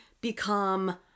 become